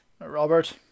Robert